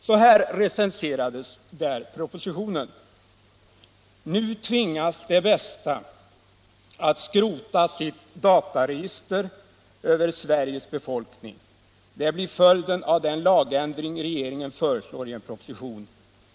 Så här recenseras propositionen där: ”Nu tvingas Det Bästa att skrota sitt dataregister över Sveriges befolkning. Det blir följden av den lagändring regeringen föreslår i en proposition.